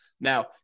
Now